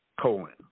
Colon